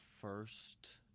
first